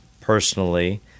personally